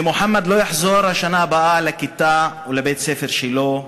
ומוחמד לא יחזור בשנה הבאה לכיתה ולבית-הספר שלו,